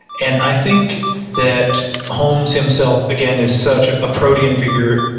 and i think that holmes himself, again is such a protean figure,